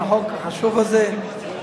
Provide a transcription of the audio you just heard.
על החוק החשוב הזה.